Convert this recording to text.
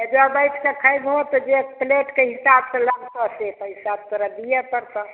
एहिजे बैठकऽ खइबहो तऽ जे प्लेटके हिसाबसँ लगतऽ से पइसा तोरा दिये पड़तऽ